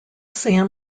sam